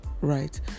Right